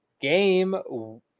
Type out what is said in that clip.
game